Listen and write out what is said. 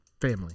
family